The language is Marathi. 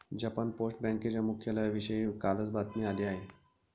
जपान पोस्ट बँकेच्या मुख्यालयाविषयी कालच बातमी आली आहे